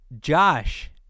Josh